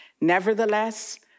Nevertheless